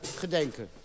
gedenken